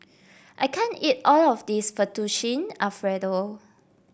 I can't eat all of this Fettuccine Alfredo